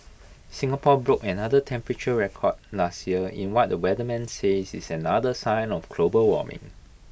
Singapore broke another temperature record last year in what the weatherman says is another sign of global warming